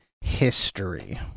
history